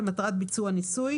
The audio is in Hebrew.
למטרת ביצוע ניסוי,